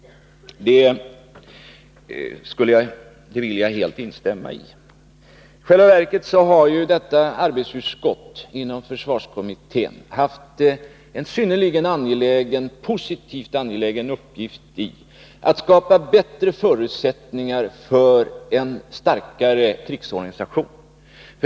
I själva verket har arbetsutskottet inom försvarskommittén haft en synnerligen positiv och angelägen uppgift. Det har gällt att skapa bättre förutsättningar för en starkare krigsorganisation.